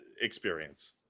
experience